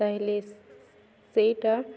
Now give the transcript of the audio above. ତାହେଲେ ସେଇଟା